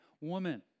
woman